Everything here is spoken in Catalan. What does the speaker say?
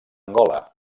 angola